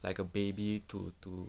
like a baby to to